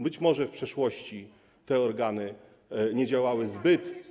Być może w przeszłości te organy nie działały zbyt.